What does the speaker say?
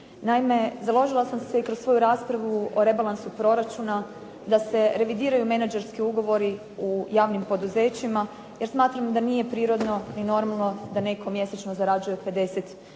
Naime, založila sam se kroz svoju raspravu o rebalansu proračuna da se revidiraju menadžerski ugovori u javnim poduzećima, jer smatram da nije prirodno i normalno da netko mjesečno zarađuje 50 tisuća